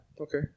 Okay